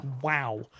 Wow